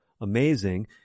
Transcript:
amazing